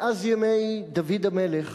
מאז ימי דוד המלך